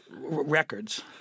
records